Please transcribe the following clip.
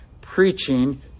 preaching